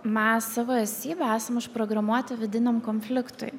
mes savo esybe esam užprogramuoti vidiniam konfliktui